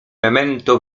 memento